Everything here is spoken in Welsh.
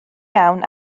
iawn